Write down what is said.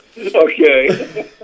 okay